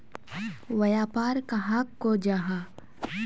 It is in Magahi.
व्यापार कहाक को जाहा?